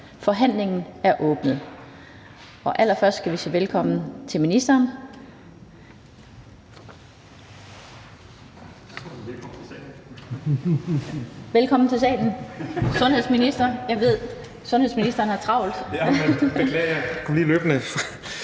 Forhandlingen er åbnet,